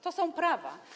To są prawa.